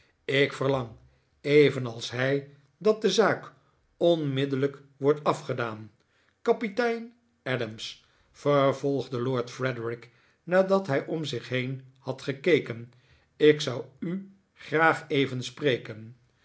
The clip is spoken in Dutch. ik verlang evenals hij dat de zaak onmiddellijk wordt afgedaan kapitein adams vervolgde lord frederik nadat hij om zich heen had gekeken ik zou u graag even spreken